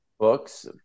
Books